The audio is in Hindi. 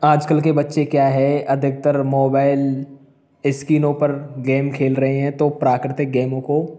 आजकल के बच्चे क्या है अधिकतर मोबाइल स्क्रीनों पर गेम खेल रहे हैं तो प्राकृतिक गेमों को